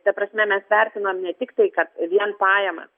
ta prasme mes vertinam ne tik tai kad vien pajamas